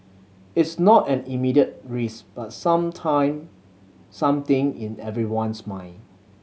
it's not an immediate risk but sometime something in everyone's mind